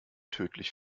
tödlich